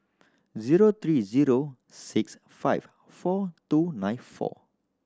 zero three zero six five four two nine four